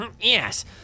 Yes